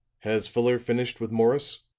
has fuller finished with morris?